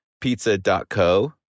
pizza.co